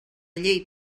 llei